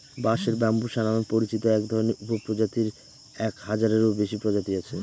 বাঁশের ব্যম্বুসা নামে পরিচিত একধরনের উপপ্রজাতির এক হাজারেরও বেশি প্রজাতি আছে